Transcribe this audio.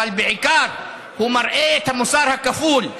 אבל בעיקר הוא מראה את המוסר הכפול,